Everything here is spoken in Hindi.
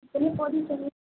कितने पौधे चाहिए